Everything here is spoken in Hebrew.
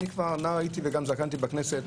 נער הייתי גם זקנתי בכנסת,